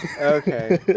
Okay